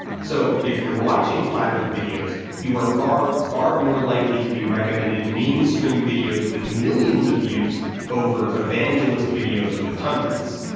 so if you're watching flat earth videos you are far, far more likely to be recommended mainstream videos with millions of views over evangelist videos with hundreds.